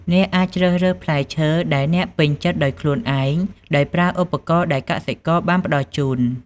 អ្នកអាចជ្រើសរើសផ្លែឈើដែលអ្នកពេញចិត្តដោយខ្លួនឯង ដោយប្រើឧបករណ៍ដែលកសិករបានផ្តល់ជូន។